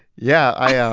yeah, i